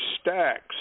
stacks